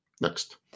Next